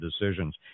decisions